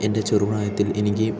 എൻ്റെ ചെറു പ്രായത്തിൽ എനിക്ക്